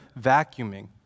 vacuuming